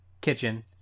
kitchen